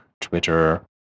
twitter